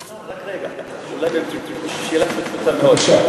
כבוד השר, רק רגע, אולי, שאלה פשוטה מאוד.